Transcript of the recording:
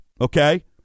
okay